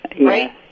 right